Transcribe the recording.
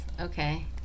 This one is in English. Okay